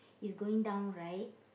it's going down right